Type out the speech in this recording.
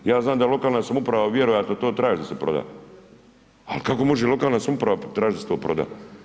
Ja znam da lokalna samouprava vjerojatno to traži da se proda ali kako može lokalna samouprava tražiti da se to proda?